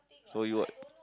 so you got